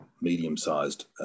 medium-sized